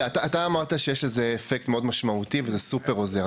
אמרת שיש לזה אפקט משמעותי מאוד וזה סופר עוזר.